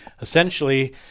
essentially